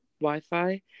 Wi-Fi